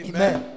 Amen